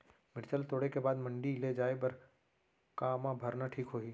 मिरचा ला तोड़े के बाद मंडी ले जाए बर का मा भरना ठीक होही?